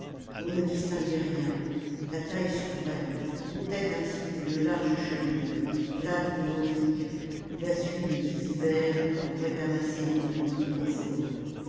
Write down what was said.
on ne distinguait rien la taille s'ouvrait montait ainsi qu'une large cheminée plate et oblique où la suie de dix hivers aurait amassé une nuit profonde